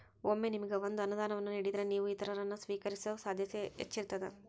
ಒಮ್ಮೆ ನಿಮಗ ಒಂದ ಅನುದಾನವನ್ನ ನೇಡಿದ್ರ, ನೇವು ಇತರರನ್ನ, ಸ್ವೇಕರಿಸೊ ಸಾಧ್ಯತೆ ಹೆಚ್ಚಿರ್ತದ